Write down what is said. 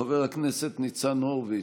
חבר הכנסת ניצן הורוביץ,